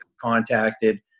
contacted